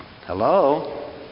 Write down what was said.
Hello